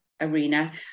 arena